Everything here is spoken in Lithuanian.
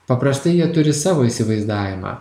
paprastai jie turi savo įsivaizdavimą